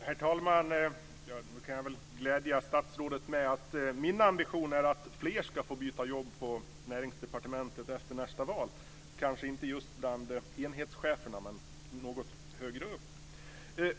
Herr talman! Jag kan väl glädja statsrådet med att säga att min ambition är att fler ska få byta jobb på Näringsdepartementet efter nästa val, men kanske inte just bland enhetscheferna utan något högre upp.